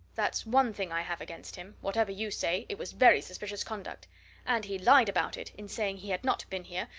that's one thing i have against him whatever you say, it was very suspicious conduct and he lied about it, in saying he had not been here,